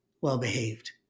well-behaved